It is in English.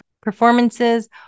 performances